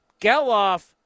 Geloff